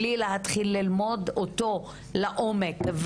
בלי להתחיל ללמוד אותו לעומק,